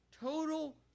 total